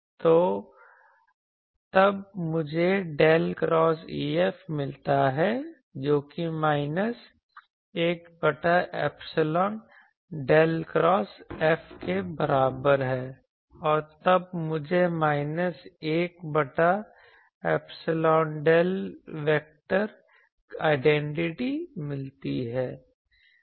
तो तब मुझे डेल क्रॉस EF मिलता है जोकि माइनस 1 बटा ऐपसीलोन डेल क्रॉस F के बराबर है और तब मुझे माइनस 1 बटा ऐपसीलोन डेल वेक्टर आइडेंटिटी मिलती है